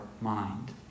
mind